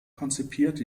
konzipiert